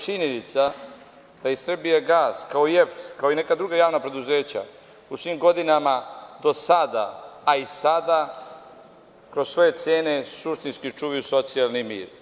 Činjenica je da i „Srbijagas“, kao i EPS, kao i neka druga javna preduzeća u svim godinama do sada, a i sada, kroz svoje cene suštinski čuvaju socijalni mir.